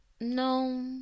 No